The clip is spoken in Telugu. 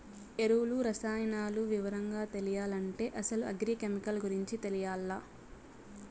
ఎరువులు, రసాయనాలు వివరంగా తెలియాలంటే అసలు అగ్రి కెమికల్ గురించి తెలియాల్ల